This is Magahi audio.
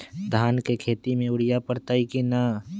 धान के खेती में यूरिया परतइ कि न?